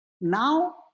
Now